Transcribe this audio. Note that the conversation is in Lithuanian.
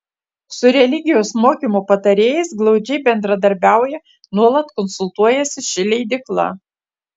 su religijos mokymo patarėjais glaudžiai bendradarbiauja nuolat konsultuojasi ši leidykla